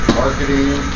marketing